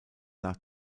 nach